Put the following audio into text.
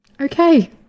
Okay